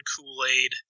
Kool-Aid